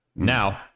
Now